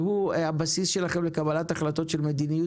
שהוא הבסיס שלכם לקבלת החלטות של מדיניות